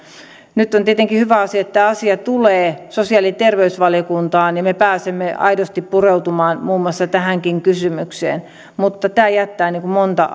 nyt on tietenkin hyvä asia että tämä asia tulee sosiaali ja terveysvaliokuntaan ja me pääsemme aidosti pureutumaan muun muassa tähänkin kysymykseen mutta tämä jättää monta